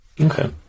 Okay